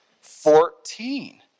Fourteen